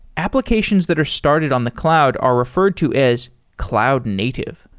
applications that are started on the cloud are referred to as cloud native.